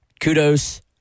Kudos